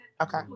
Okay